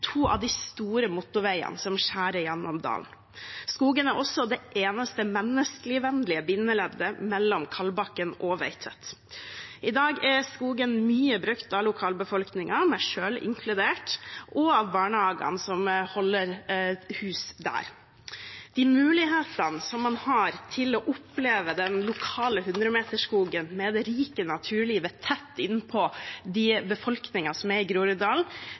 to av de store motorveiene som skjærer gjennom dalen. Skogen er også det eneste menneskevennlige bindeleddet mellom Kalbakken og Veitvet. I dag er skogen mye brukt av lokalbefolkningen, meg selv inkludert, og av barnehagene som holder hus der. De mulighetene en har til å oppleve den lokale hundremeterskogen med det rike naturlivet tett innpå